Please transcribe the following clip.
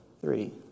three